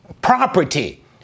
property